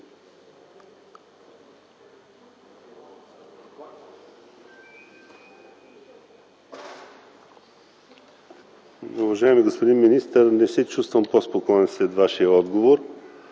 Уважаеми господин министър, не се чувствам по-спокоен след Вашия отговор.